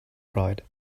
pride